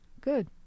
Good